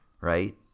right